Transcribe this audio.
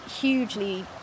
hugely